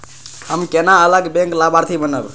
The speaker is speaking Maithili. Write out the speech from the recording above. हम केना अलग बैंक लाभार्थी बनब?